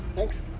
thanks